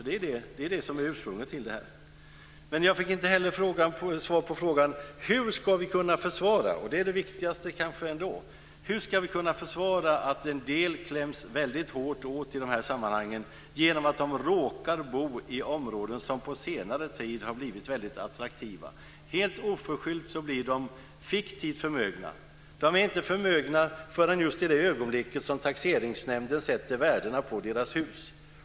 Det är det som är ursprunget till det här. Jag fick inte heller svar på frågan, som kanske är den viktigaste, hur vi ska kunna försvara att en del kläms hårt åt genom att de råkar bo i områden som på senare tid har blivit väldigt attraktiva. Helt oförskyllt blir de fiktivt förmögna. De är inte förmögna förrän just i det ögonblicket som taxeringsnämnden sätter värdena på deras hus.